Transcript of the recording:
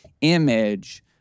image